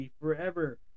forever